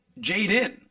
Jaden